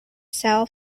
sell